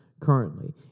Currently